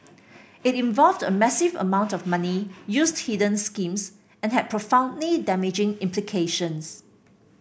it involved a massive amount of money used hidden schemes and had profoundly damaging implications